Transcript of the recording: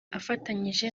afatanyije